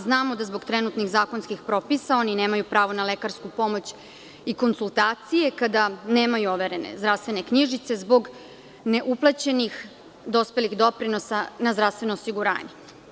Znamo da zbog trenutnih zakonskih propisa oni nemaju pravo na lekarsku pomoć i konsultacije kada nemaju overene zdravstvene knjižice zbog neuplaćenih dospelih doprinosa na zdravstveno osiguranje.